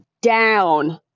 down